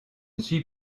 suis